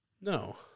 No